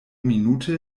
minute